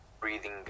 breathing